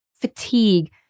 fatigue